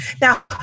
now